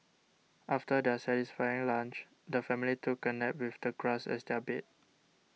after their satisfying lunch the family took a nap with the grass as their bed